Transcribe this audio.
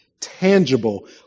tangible